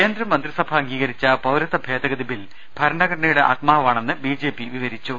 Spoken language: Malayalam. കേന്ദ്രമന്ത്രിസഭ അംഗീകരിച്ച പൌരത്വ ഭേദഗതി ബിൽ ഭരണഘ ടനയുടെ ആത്മാവാണെന്ന് ബിജെപി വിവരിച്ചു